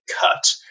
cut